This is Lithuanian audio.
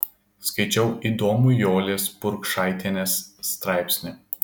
skaičiau įdomų jolės burkšaitienės straipsnį